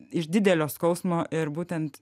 iš didelio skausmo ir būtent